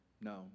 No